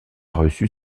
reçu